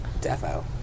Defo